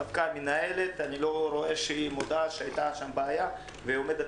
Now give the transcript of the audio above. המנהלת לא הודתה שהייתה שם בעיה והיא עומדת